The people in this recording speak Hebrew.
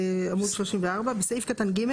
בעמוד 34. בסעיף קטן (ג),